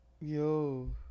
Yo